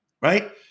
Right